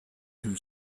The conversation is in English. who